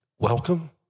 welcome